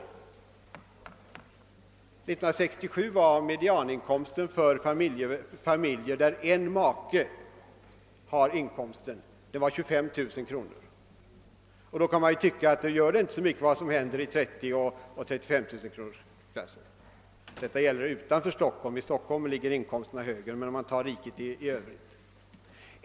1967 var medianinkomsten för familjer där ena maken har inkomst 25 000 kronor, och då kan man tycka att det inte gör så mycket vad som händer i 30 000—35 000-kronorsklassen. Detta gäller utanför Stockholm, ty i Stockholm ligger inkomsterna högre, men jag talar nu om riket i övrigt.